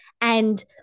And-